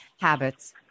habits